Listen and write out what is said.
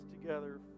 together